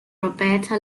roberta